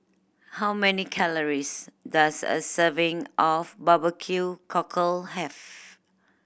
how many calories does a serving of barbecue cockle have